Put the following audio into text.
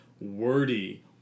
wordy